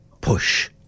push